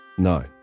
No